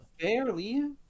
Barely